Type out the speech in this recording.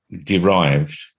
derived